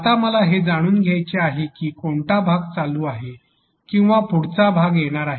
आता मला हे जाणून घ्यायचे आहे की हे कोणता भाग चालू आहे किंवा पुढचा भाग येणार आहे